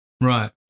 right